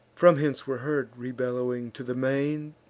from hence were heard, rebellowing to the main,